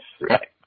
right